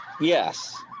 yes